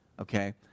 Okay